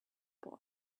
boy